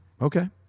Okay